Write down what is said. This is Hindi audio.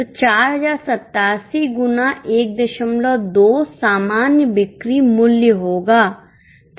तो 4087 गुना 12 सामान्य बिक्री मूल्य होगा समझ रहे हैं